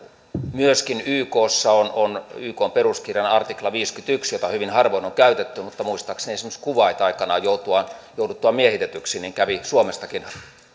myöskin ykssa on on ykn peruskirjan artikla viisikymmentäyksi jota hyvin harvoin on käytetty mutta muistaakseni esimerkiksi kuwait aikanaan jouduttuaan miehitetyksi yritti suomestakin